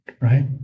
right